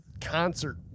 concert